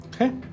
Okay